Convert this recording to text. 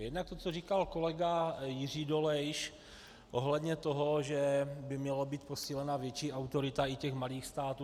Jednak to, co říkal kolega Jiří Dolejš ohledně toho, že by měla být posílena větší autorita i malých států.